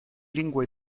lingua